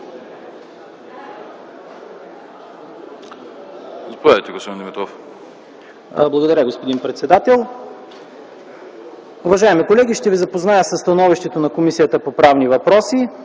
Благодаря, господин председател. Уважаеми колеги, ще ви запозная със: „СТАНОВИЩЕ на Комисията по правни въпроси